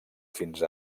fins